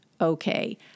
okay